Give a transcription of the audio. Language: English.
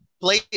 Play